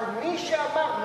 אבל מי שאמר,